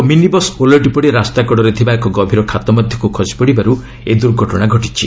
ଏକ ମିନିବସ୍ ଓଲଟି ପଡ଼ି ରାସ୍ତାକଡ଼ରେ ଥିବା ଏକ ଗଭୀର ଖାତ ମଧ୍ୟକୁ ଖସିପଡ଼ିବାରୁ ଏହି ଦୁର୍ଘଟଣା ଘଟିଛି